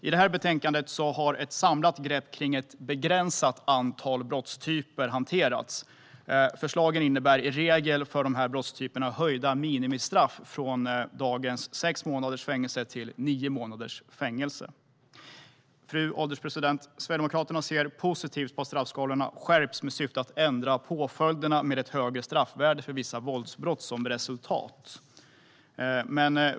I det här betänkandet har ett samlat grepp kring ett begränsat antal brottstyper hanterats. Förslagen innebär i regel för dessa brottstyper höjda minimistraff från dagens sex månaders fängelse till nio månaders fängelse. Fru ålderspresident! Sverigedemokraterna ser positivt på att straffskalorna skärps i syfte att ändra påföljderna med ett högre straffvärde för vissa våldsbrott som resultat.